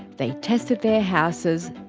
they tested their houses,